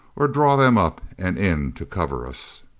or draw them up and in to cover us.